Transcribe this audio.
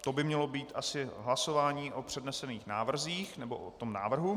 To by mělo být asi hlasování o přednesených návrzích nebo o tom návrhu.